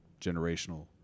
generational